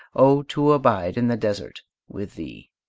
oh, to abide in the desert with thee!